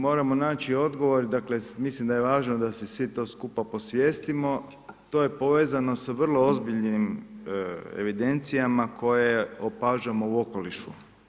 Moramo naći odgovor, dakle, mislim da je važan da si svi to skupa posvijestimo, to je povezano sa vrlo ozbiljnim evidencijama koje opažamo u okolišu.